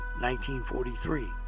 1943